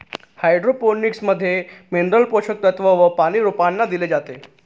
hydroponics मध्ये mineral पोषक तत्व व पानी रोपांना दिले जाते